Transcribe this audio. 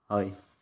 हय